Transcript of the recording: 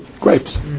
grapes